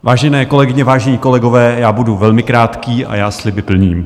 Vážené kolegyně, vážení kolegové, budu velmi krátký a já sliby plním.